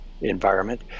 environment